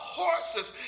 horses